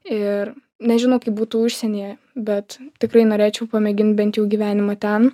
ir nežinau kaip būtų užsienyje bet tikrai norėčiau pamėgint bent jau gyvenimą ten